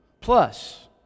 plus